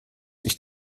dich